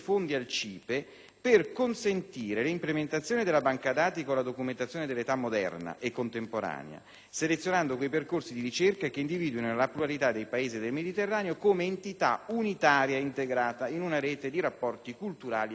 per consentire l'implementazione della banca-dati con la documentazione dell'età moderna e contemporanea, selezionando quei percorsi di ricerca che individuino la pluralità dei Paesi del Mediterraneo come entità unitaria e integrata in una rete di rapporti culturali e socio-economici;